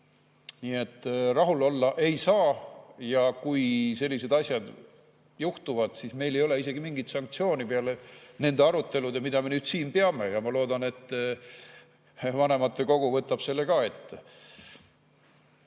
Nii et rahul olla ei saa. Kui sellised asjad juhtuvad, siis meil ei ole isegi mingeid sanktsioone peale nende arutelude, mida me siin peame. Ma loodan, et vanematekogu võtab selle ka ette.